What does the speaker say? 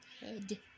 head